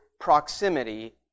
proximity